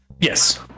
Yes